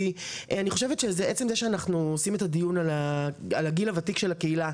כי עצם זה שאנחנו עושים את הדיון על הגיל הוותיק של הקהילה,